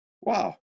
Wow